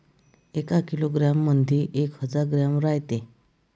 एका किलोग्रॅम मंधी एक हजार ग्रॅम रायते